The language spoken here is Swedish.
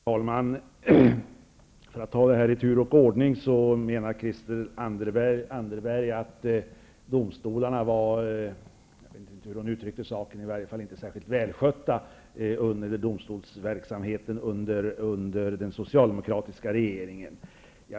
Herr talman! Jag tar frågorna i tur och ordning. Christel Anderberg menar att domstolarna -- jag kommer inte ihåg den exakta formuleringen -- inte var särskilt välskötta under den socialdemokratiska regeringen.